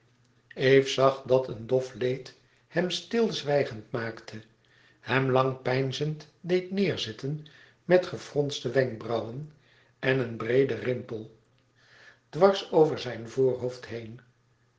eve zag dat een dof leed hem stilzwijgend maakte hem lang peinzend deed neêrzitten met gefronste wenkbrauwen en een breeden rimpel dwars over zijn voorhoofd heen